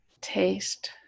taste